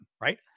right